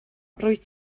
rwyt